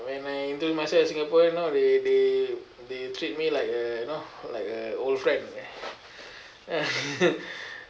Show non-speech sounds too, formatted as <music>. when I introduce myself as singaporean you know they they they treat me like a you know like a old friend <laughs>